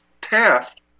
Taft